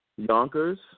Yonkers